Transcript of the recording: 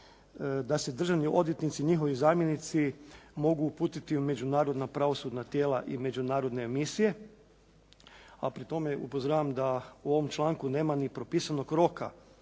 da se državni odvjetnici i njihovi zamjenici mogu uputiti u međunarodna pravosudna tijela i međunarodne misije. A pri tome upozoravam da u ovom članku nema ni propisanog roka